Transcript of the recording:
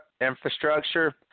infrastructure